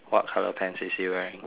what colour pants is he wearing